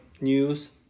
news